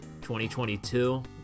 2022